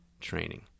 training